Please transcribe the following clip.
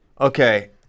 okay